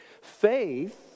faith